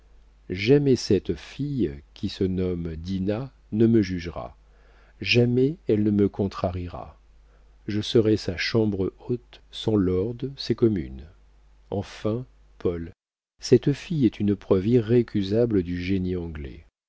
jamais cette fille qui se nomme dinah ne me jugera jamais elle ne me contrariera je serai sa chambre haute son lord ses communes enfin paul cette fille est une preuve irrécusable du génie anglais